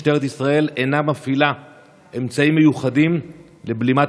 משטרת ישראל אינה מפעילה אמצעים מיוחדים לבלימת